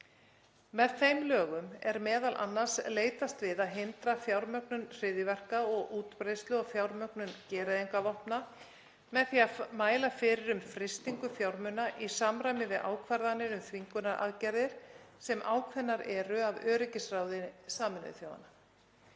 Með þeim lögum er m.a. leitast við að hindra fjármögnun hryðjuverka og útbreiðslu og fjármögnun gereyðingarvopna með því að mæla fyrir um frystingu fjármuna í samræmi við ákvarðanir um þvingunaraðgerðir sem ákveðnar eru af öryggisráði Sameinuðu þjóðanna,